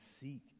seek